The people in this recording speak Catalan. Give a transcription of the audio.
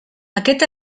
aquest